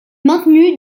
maintenu